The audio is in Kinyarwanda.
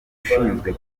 ushinzwe